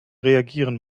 reagieren